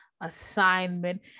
assignment